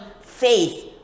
faith